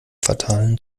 fatalen